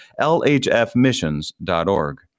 lhfmissions.org